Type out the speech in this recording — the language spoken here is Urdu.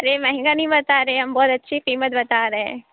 ارے مہنگا نہیں بتا رہے ہیں ہم بہت اچھی قیمت بتا رہے ہیں